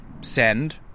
send